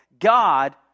God